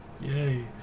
Yay